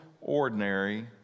ordinary